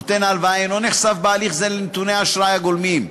נותן ההלוואה אינו נחשף בהליך זה לנתוני האשראי הגולמיים,